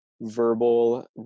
verbal